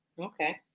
Okay